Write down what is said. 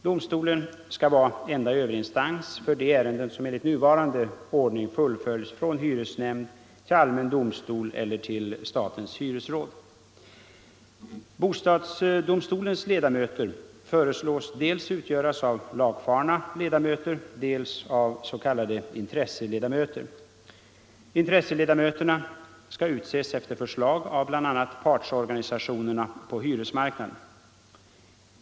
Domstolen skall vara enda överinstans för de ärenden som enligt nuvarande ordning fullföljs från hyresnämnd till allmän domstol eller till statens hyresråd. Bostadsdomstolens ledamöter föreslås bestå dels av lagfarna ledamöter, dels av s.k. intresseledamöter. Intresseledamöterna skall utses efter förslag av bl.a. partsorganisationerna på hyresmarknaden.